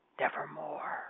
Nevermore